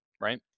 right